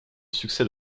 succès